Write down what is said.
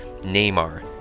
Neymar